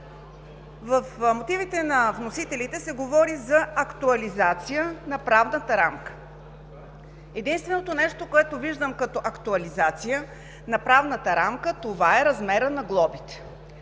В мотивите на вносителите се говори за актуализация на правната рамка. Единственото нещо, което виждам като актуализация на правната рамка, е размерът на глобите.